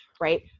right